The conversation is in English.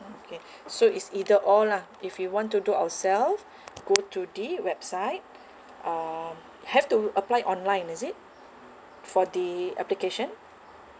okay so it's either or lah if we want to do ourselves go to the website um have to apply online is it for the application